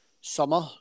summer